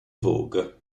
vogue